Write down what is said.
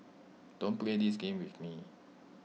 don't play this game with me